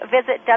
Visit